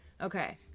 Okay